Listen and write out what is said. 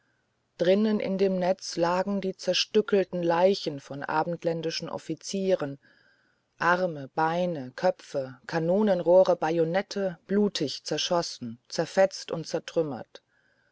drinnen in dem netz lagen die zerstückelten leichen von abendländischen offizieren arme beine köpfe kanonenrohre bajonette blutig zerschossen zerfetzt und zertrümmert